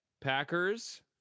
Packers